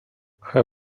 her